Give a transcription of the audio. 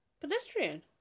pedestrian